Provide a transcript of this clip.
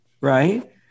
Right